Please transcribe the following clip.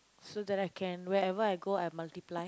so that I can wherever I go I multiply